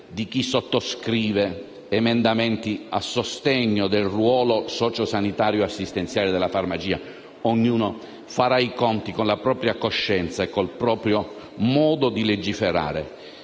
di chi sottoscrive emendamenti a sostegno del ruolo sociosanitario e assistenziale della farmacia. Ognuno farà i conti con la propria coscienza e con il proprio modo di legiferare.